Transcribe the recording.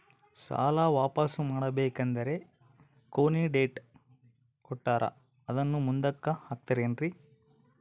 ಸಾಲ ವಾಪಾಸ್ಸು ಮಾಡಬೇಕಂದರೆ ಕೊನಿ ಡೇಟ್ ಕೊಟ್ಟಾರ ಅದನ್ನು ಮುಂದುಕ್ಕ ಹಾಕುತ್ತಾರೇನ್ರಿ?